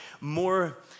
more